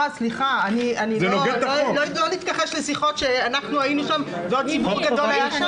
לא נתכחש לשיחות שאנחנו היינו בהן ועוד ציבור גדול,